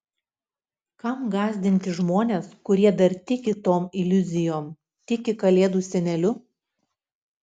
kam gąsdinti žmones kurie dar tiki tom iliuzijom tiki kalėdų seneliu